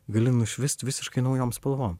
gali nušvist visiškai naujom spalvom